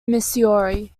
missouri